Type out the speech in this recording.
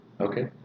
Okay